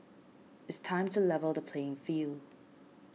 it's time to level the playing field